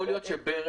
יכול להיות שבזק,